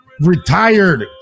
retired